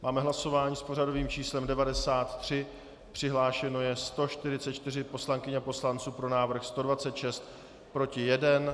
Máme hlasování s pořadovým číslem 93, přihlášeno je 144 poslankyň a poslanců, pro návrh 126, proti 1.